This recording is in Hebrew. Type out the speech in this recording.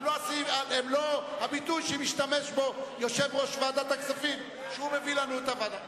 הוא לא הביטוי שמשתמש בו יושב-ראש ועדת הכספים שהוא מביא לנו את ההצעה.